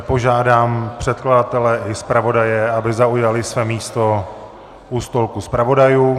Požádám předkladatele i zpravodaje, aby zaujali své místo u stolku zpravodajů.